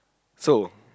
so